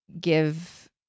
give